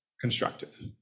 constructive